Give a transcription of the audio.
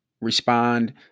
respond